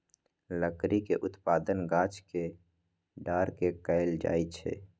लकड़ी के उत्पादन गाछ के डार के कएल जाइ छइ